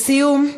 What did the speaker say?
לסיום,